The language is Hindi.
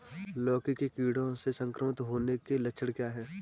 लौकी के कीड़ों से संक्रमित होने के लक्षण क्या हैं?